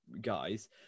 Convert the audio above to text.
guys